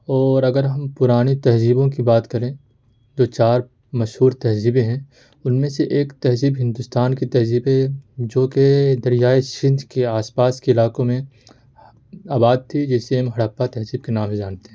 اور اگر ہم پرانی تہذیبوں کی بات کریں دو چار مشہور تہذیبیں ہیں ان میں سے ایک تہذیب ہندوستان کی تہذیب ہے جو کہ دریائے سندھ کے آس پاس کے علاقوں میں آباد تھی جسے ہم ہڑپا تہذیب کے نام سے جانتے ہیں